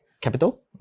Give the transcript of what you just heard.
capital